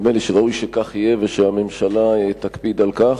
נדמה לי שראוי שכך יהיה ושהממשלה תקפיד על כך.